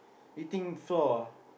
eating floor ah